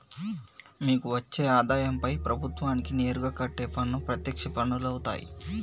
మీకు వచ్చే ఆదాయంపై ప్రభుత్వానికి నేరుగా కట్టే పన్ను ప్రత్యక్ష పన్నులవుతాయ్